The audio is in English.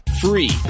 Free